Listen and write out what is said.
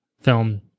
film